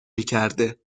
میکرده